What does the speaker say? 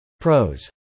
Pros